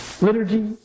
liturgy